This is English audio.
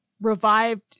revived